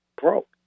broke